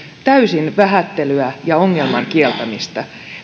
täysin vähättelyä ja ongelman kieltämistä